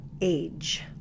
age